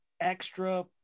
extra